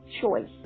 choice